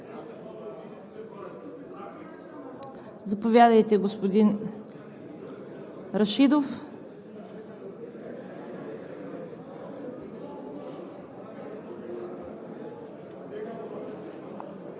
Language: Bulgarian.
Заповядайте, господин Рашидов.